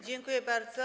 Dziękuję bardzo.